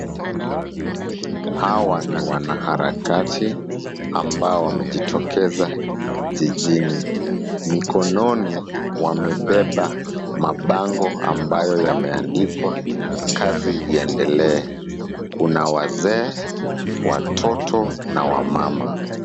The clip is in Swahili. Hawa ni wanaharakasi ambao wamejitokeza jijini. Mikononi wamebeba mabango ambayo yameandikwa kazi iendelee . Kuna wazee, watoto na akina mama.